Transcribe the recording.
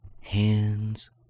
Hands